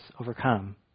overcome